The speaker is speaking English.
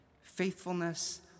Faithfulness